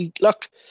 look